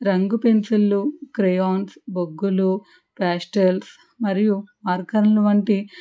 రంగు పెన్సిళ్లు క్రేయాన్స్ బొగ్గులు కాస్టల్స్ మరియు మార్కర్లు వంటి